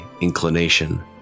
inclination